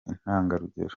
intangarugero